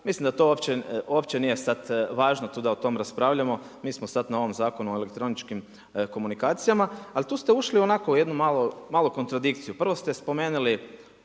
mislim da to uopće nije sad važno tu da o tome raspravljamo, mi smo sad na ovom Zakonu od elektroničkim komunikacijama. Ali tu ste ušli u onako jednu malu kontradikciju, prvo ste spomenuli